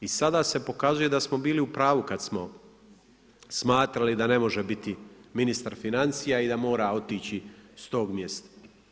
I sada se pokazuje da smo bili upravu kada smo smatrali da ne može biti ministar financija i da mora otići s tog mjesta.